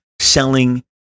selling